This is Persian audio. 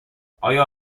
آیا